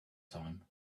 time